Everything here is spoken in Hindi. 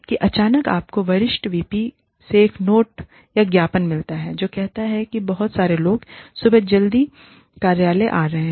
और फिर अचानक आपको वरिष्ठ वीपी से एक नोट या ज्ञापनमेमो मिलता है जो कहता है कि बहुत सारे लोग सुबह बहुत जल्दी कार्यालय आ रहे हैं